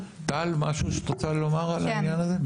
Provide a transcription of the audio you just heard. טל, משהו שאת רוצה לומר על העניין הזה?